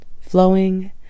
flowing